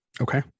Okay